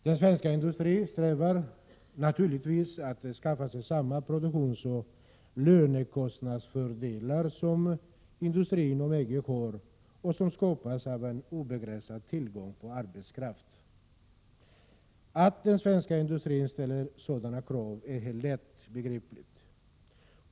Den svenska industrin strävar naturligtvis efter att skaffa sig samma produktionsoch lönekostnadsfördelar som industrin inom EG har och som skapas av en obegränsad tillgång på arbetskraft. Att den svenska industrin ställer sådana krav är lätt att begripa.